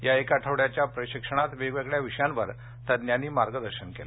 या एक आठवड्याच्या प्रशिक्षणामध्ये वेगवेगळ्या विषयावर तज्ज्ञांनी मार्गदर्शन केले